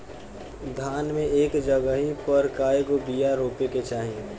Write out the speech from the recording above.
धान मे एक जगही पर कएगो बिया रोपे के चाही?